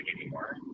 anymore